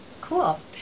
Cool